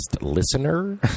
listener